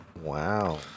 Wow